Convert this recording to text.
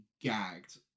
gagged